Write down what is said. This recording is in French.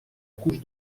couche